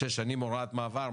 שש שנים הוראת מעבר,